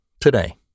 today